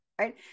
right